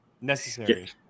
necessary